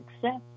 success